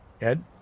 Ed